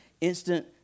instant